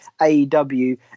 AEW